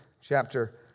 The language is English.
chapter